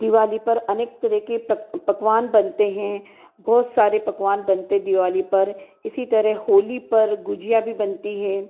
दीवाली पर अनेक तरह के पकवान बनते हैं बहुत सारे पकवान बनते दिवाली पर इसी तरह होली पर गुझिया भी बनती हैं